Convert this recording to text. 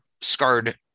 scarred